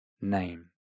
name